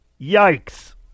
Yikes